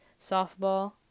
softball